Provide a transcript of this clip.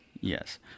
Yes